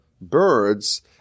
birds